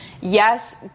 Yes